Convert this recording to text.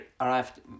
arrived